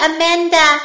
Amanda